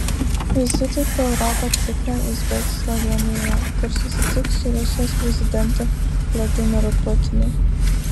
vizitų po europą ciklą jis baigs slovėnijoje kur susitiks su rusijos prezidentu vladimiru putinu